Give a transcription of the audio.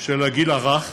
של הגיל הרך.